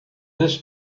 this